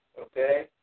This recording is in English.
Okay